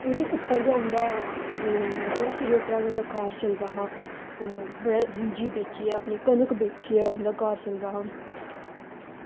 ओह्दे उप्पर गै उंदा ते ओह्दे सिरै उप्परा गै उंदा घर चलदा हा होर मुंजी बेचियै कनक बेचियै उंदा घर चलदा हा